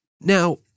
Now